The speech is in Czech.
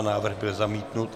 Návrh byl zamítnut.